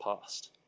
past